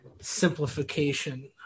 simplification